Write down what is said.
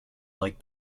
like